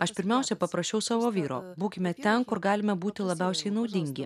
aš pirmiausia paprašiau savo vyro būkime ten kur galime būti labiausiai naudingi